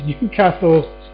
Newcastle